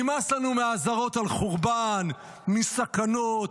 נמאס לנו מהאזהרות על חורבן, מסכנות,